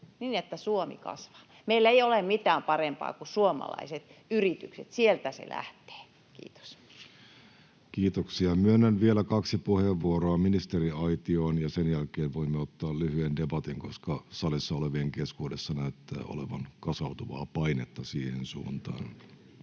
niin, että Suomi kasvaa. Meillä ei ole mitään parempaa kuin suomalaiset yritykset, sieltä se lähtee. — Kiitos. Kiitoksia. — Myönnän vielä kaksi puheenvuoroa ministeriaitioon, ja sen jälkeen voimme ottaa lyhyen debatin, koska salissa olevien keskuudessa näyttää olevan kasautuvaa painetta siihen suuntaan.